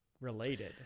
related